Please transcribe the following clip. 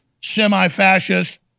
semi-fascist